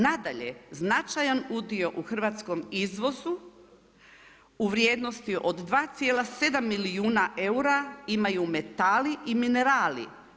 Nadalje, značajan udio u hrvatskom izvozu u vrijednosti od 2,7 milijuna eura imaju metali i minerali.